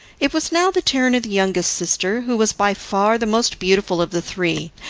it was now the turn of the youngest sister, who was by far the most beautiful of the three,